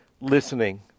listening